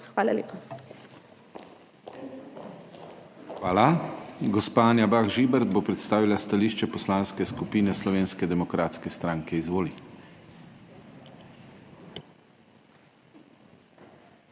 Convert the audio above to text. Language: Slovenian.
KRIVEC:** Hvala. Gospa Anja Bah Žibert bo predstavila stališče Poslanske skupine Slovenske demokratske stranke. Izvoli.